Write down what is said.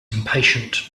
impatient